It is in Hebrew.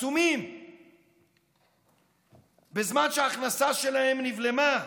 עצומים בזמן שההכנסה שלהם נבלמה.